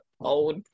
old